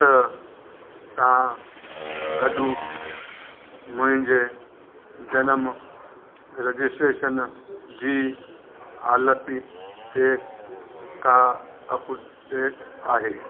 छह सां गॾु मुंहिंजे जनमु रजिस्ट्रेशन जी हालति ते का अपडेट आहे